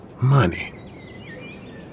money